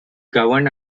governed